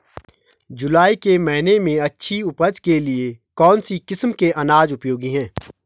जुलाई के महीने में अच्छी उपज के लिए कौन सी किस्म के अनाज उपयोगी हैं?